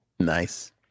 nice